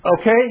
Okay